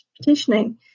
petitioning